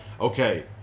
Okay